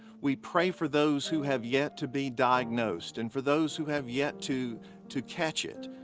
we pray for those who have yet to be diagnosed and for those who have yet to to catch it,